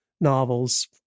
novels